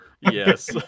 Yes